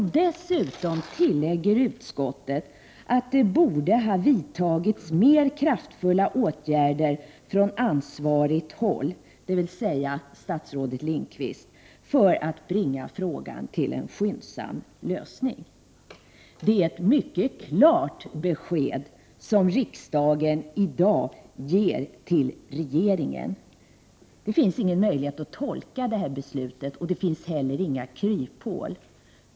Dessutom tillägger utskottet att det borde ha vidtagits mer kraftfulla åtgärder från ansvarigt håll, dvs. av statsrådet Bengt Lindqvist, för att bringa frågan till en skyndsam lösning. Det är ett mycket klart besked som riksdagen i dag ger till regeringen. Det finns inte någon möjlighet att feltolka detta beslut, och det finns inte heller något kryphål.